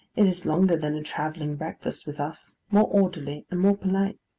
it is longer than a travelling breakfast with us more orderly, and more polite.